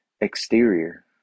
exterior